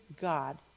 God